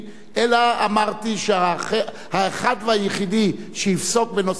אלא אמרתי שהאחד והיחידי שיפסוק בנושא זה,